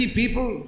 people